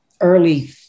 early